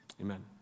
amen